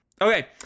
okay